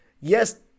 yes